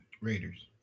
Raiders